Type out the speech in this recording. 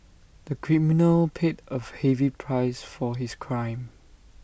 the criminal paid A heavy price for his crime